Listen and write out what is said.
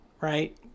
right